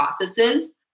processes